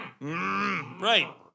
Right